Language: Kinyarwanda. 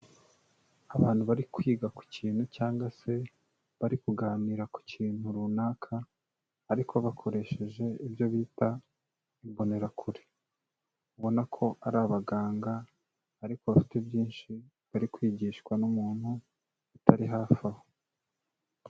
Abantu bari kwiga ku kintu cyangwa se bari kuganira ku kintu runaka ariko bakoresheje ibyo bita imbonerakure, ubona ko ari abaganga ariko bafite byinshi bari kwigishwa n'umuntu utari hafi aho.